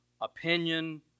opinion